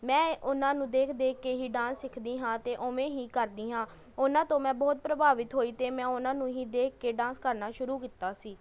ਮੈਂ ਉਹਨਾਂ ਨੂੰ ਦੇਖ ਦੇਖ ਕੇ ਹੀ ਡਾਂਸ ਸਿੱਖਦੀ ਹਾਂ ਅਤੇ ਉਵੇਂ ਹੀ ਕਰਦੀ ਹਾਂ ਉਹਨਾਂ ਤੋਂ ਮੈਂ ਬਹੁਤ ਪ੍ਰਭਾਵਿਤ ਹੋਈ ਅਤੇ ਮੈਂ ਉਹਨਾਂ ਨੂੰ ਹੀ ਦੇਖ ਕੇ ਡਾਂਸ ਕਰਨਾ ਸ਼ੁਰੂ ਕੀਤਾ ਸੀ